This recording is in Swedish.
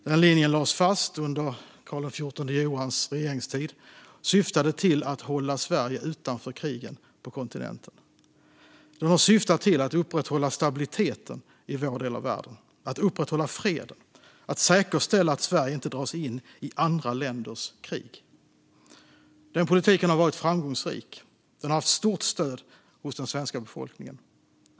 Den linjen lades fast under Karl XIV Johans regeringstid och syftade till att hålla Sverige utanför krigen på kontinenten, och den har syftat till att upprätthålla stabiliteten i vår del av världen, upprätthålla freden och säkerställa att Sverige inte dras in i andra länders krig. Denna politik har varit framgångsrik och haft stort stöd hos den svenska befolkningen.